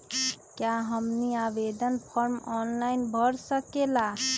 क्या हमनी आवेदन फॉर्म ऑनलाइन भर सकेला?